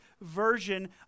version